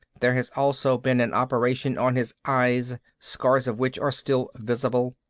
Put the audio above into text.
there has also been an operation on his eyes, scars of which are still visible.